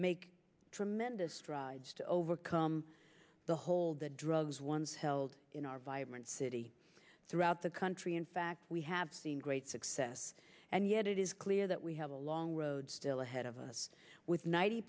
make tremendous strides to overcome the hold the drugs once held in our vibrant city throughout the country in fact we have seen great success and yet it is clear that we have a long road still ahead of us with ninety